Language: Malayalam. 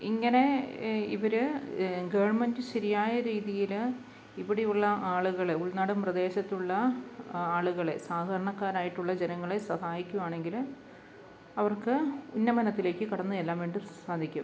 ഇങ്ങനെ ഇവർ ഗവൺമെൻറ് ശരിയായ രീതിയിൽ ഇവിടെ ഉള്ള ആളുകൾ ഉൾനാടൻ പ്രദേശത്തുള്ള ആളുകളെ സാധാരണക്കാരായിട്ടുള്ള ജനങ്ങളെ സഹായിക്കുവാണെങ്കിൽ അവർക്ക് ഉന്നമനത്തിലേക്ക് കടന്ന് ചെല്ലാൻ വേണ്ടി സാധിക്കും